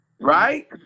right